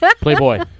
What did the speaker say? Playboy